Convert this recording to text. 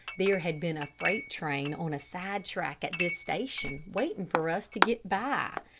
there had been a freight train on a side track at this station, waiting for us to get by.